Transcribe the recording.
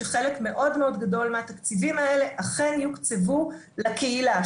שחלק מאוד גדול מהתקציבים האלה אכן יוקצבו לקהילה.